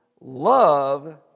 love